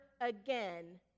again